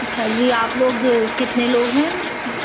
ये आप लोग जो कितने लोग हैं